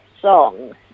song